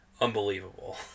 unbelievable